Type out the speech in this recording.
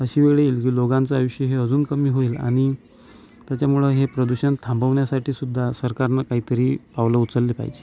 अशी वेळ येईल की लोकांचं आयुष्य हे अजून कमी होईल आणि त्याच्यामुळं हे प्रदूषण थांबवण्यासाठीसुद्धा सरकारनं काहीतरी पावलं उचलले पाहिजे